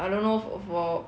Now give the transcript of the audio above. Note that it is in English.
I don't know fo~ for